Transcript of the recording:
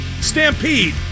Stampede